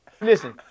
Listen